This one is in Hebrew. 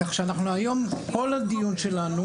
כל הדיון שלנו